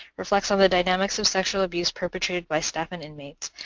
reflects on the dynamics of sexual abuse perpetrated by staff and inmates,